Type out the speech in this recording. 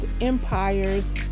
empires